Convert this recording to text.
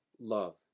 love